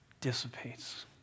dissipates